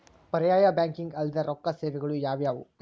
ಪರ್ಯಾಯ ಬ್ಯಾಂಕಿಂಗ್ ಅಲ್ದೇ ರೊಕ್ಕ ಸೇವೆಗಳು ಯಾವ್ಯಾವು?